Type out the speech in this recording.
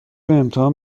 امتحان